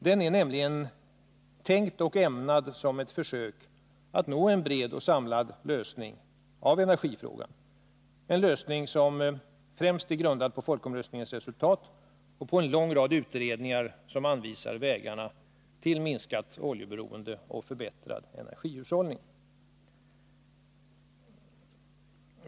Den är nämligen tänkt och ämnad som en sorts försök att nå en bred och samlad lösning av energifrågan, en lösning som främst är grundad på folkomröstningens resultat och på en lång rad utredningar som anvisar vägarna till minskat oljeberoende och förbättrad energihushållning.